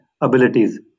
abilities